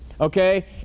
Okay